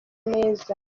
neza